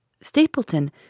Stapleton